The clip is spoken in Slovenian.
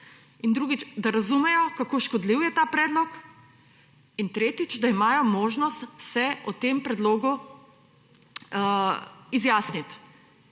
in drugič, da razumejo, kako škodljiv je ta predlog in tretjič, da imajo možnost se o tem predlogu izjasnit